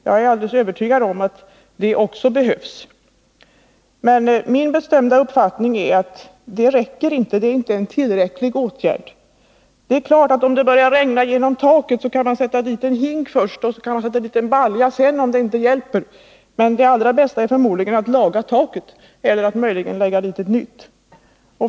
Jag är alldeles övertygad om att det också behövs, men min bestämda uppfattning är att det inte är tillräckligt med den åtgärden. — Om det börjar regna in genom taket, så kan man självfallet först sätta fram en hink. Om det inte hjälper kan man sätta fram en balja. Men det allra bästa är förmodligen att laga taket eller att lägga på ett nytt.